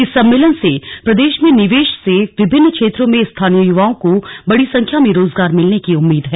इस सम्मेलन से प्रदेश में निवेश से विभिन्न क्षेत्रों में स्थानीय युवाओं को बड़ी संख्या में रोजगार मिलने की उम्मीद है